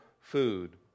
food